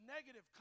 negative